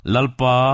Lalpa